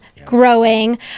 growing